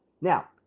Now